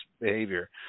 behavior